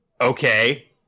okay